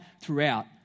throughout